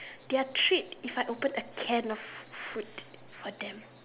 their tricked if I open a can off food for them